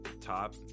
top